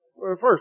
First